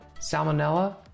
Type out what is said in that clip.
salmonella